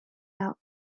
out